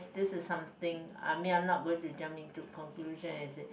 this is something I mean I'm not going to jump into conclusion as in